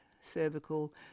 cervical